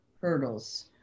hurdles